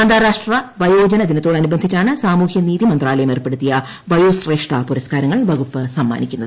അന്ത്രീര്യാഷ്ട്ര വയോജന ദിനത്തോടനുബന്ധിച്ചാണ് സാമൂഹ്യന്റീതി മുന്ത്രാലയം ഏർപ്പെടുത്തിയ വയോശ്രേഷ്ഠ പുരസ്ക്കാരങ്ങൾ സ്മ്മൂനിക്കുന്നത്